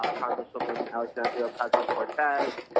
ah congresswoman alexandria ocasio-cortez,